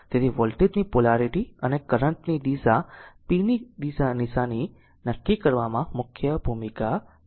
તેથી વોલ્ટેજ ની પોલારીટી અને કરંટ ની દિશા p ની નિશાની નક્કી કરવામાં મુખ્ય ભૂમિકા ભજવે છે